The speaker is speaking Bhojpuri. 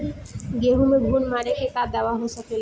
गेहूँ में घुन मारे के का दवा हो सकेला?